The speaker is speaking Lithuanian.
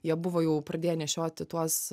jie buvo jau pradėję nešioti tuos